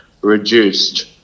reduced